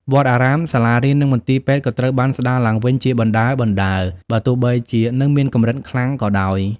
វត្តអារាម សាលារៀន និងមន្ទីរពេទ្យក៏ត្រូវបានស្ដារឡើងវិញជាបណ្ដើរៗ បើទោះបីជានៅមានកម្រិតខ្លាំងក៏ដោយ។